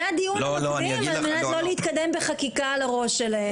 זה דיון מקדים על מנת לא להתקדם בחקיקה על הראש שלהם,